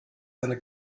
eine